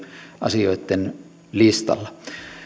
asioitten listalla